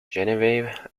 genevieve